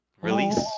Release